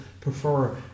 prefer